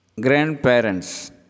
Grandparents